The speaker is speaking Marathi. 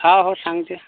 हा हो सांगते